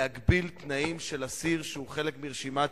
להגביל תנאים של אסיר שהוא חלק מרשימת